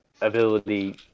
ability